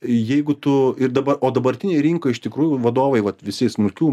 jeigu tu ir dabar o dabartinėj rinkoj iš tikrųjų vadovai vat visi smulkių